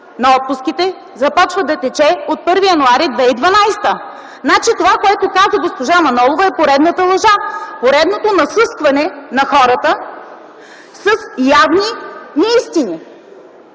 на отпуските започва да тече от 1 януари 2012 г.? Значи, това, което каза госпожа Манолова, е поредната лъжа, поредното насъскване на хората с явни неистини.